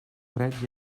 freds